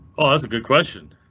oh, that's a good question.